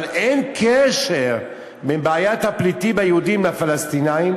אבל אין קשר בין בעיית הפליטים היהודים לפלסטינים,